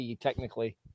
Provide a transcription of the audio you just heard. Technically